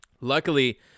Luckily